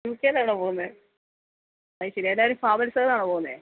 you ക്കേലാണോ പോകുന്നത് അത് ശരി ഏതേലും ട്രാവൽസ്സേലാണോ പോകുന്നത്